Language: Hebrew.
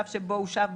אנחנו מקווים שכן.